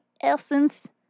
essence